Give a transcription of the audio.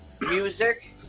Music